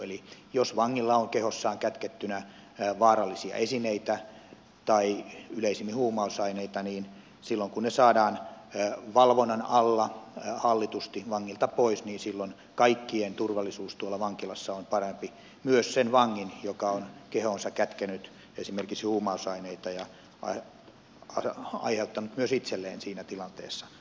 eli jos vangilla on kehossaan kätkettynä vaarallisia esineitä tai yleisimmin huumausaineita niin silloin kun ne saadaan valvonnan alla hallitusti vangilta pois kaikkien turvallisuus vankilassa on parempi myös sen vangin joka on kehoonsa kätkenyt esimerkiksi huumausaineita ja aiheuttanut myös itselleen siinä tilanteessa vaaran